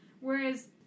Whereas